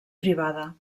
privada